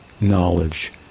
knowledge